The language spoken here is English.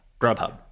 grubhub